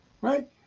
right